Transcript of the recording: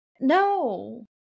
No